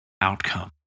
outcome